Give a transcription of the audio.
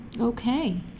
Okay